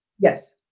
Yes